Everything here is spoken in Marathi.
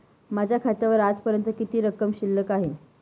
माझ्या खात्यावर आजपर्यंत किती रक्कम शिल्लक आहे?